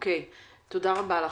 רבה לך,